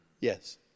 Yes